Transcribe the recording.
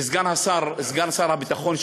ולסגן שר הביטחון,